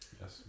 Yes